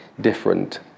different